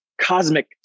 cosmic